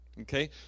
Okay